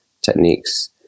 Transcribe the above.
techniques